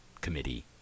committee